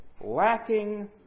lacking